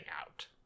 out